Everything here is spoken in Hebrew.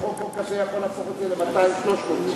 אבל החוק הזה יכול להפוך את זה ל-300-200 מיליון.